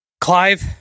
Clive